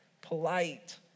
polite